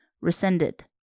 Rescinded